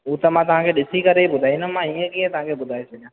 हू त मां सीमेंट तव्हांखे ॾिसी करे ई ॿुधाईंदुमि इयं कीअं तव्हांखे ॿुधाए छॾिया